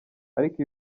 ariko